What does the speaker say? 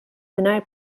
mingħajr